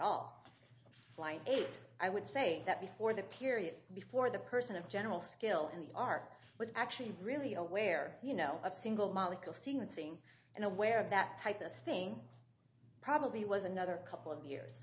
all eight i would say that before the period before the person of general skill in the art was actually really aware you know a single molecule seeing and seeing and aware of that type of thing probably was another couple of years